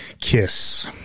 kiss